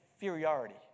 inferiority